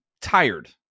tired